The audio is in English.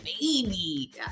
baby